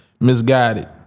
misguided